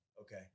okay